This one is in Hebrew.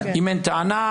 אם אין טענה,